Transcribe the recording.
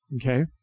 Okay